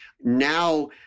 now